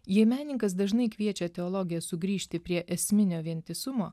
jei menininkas dažnai kviečia teologiją sugrįžti prie esminio vientisumo